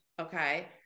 Okay